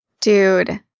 Dude